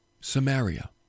Samaria